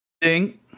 Ding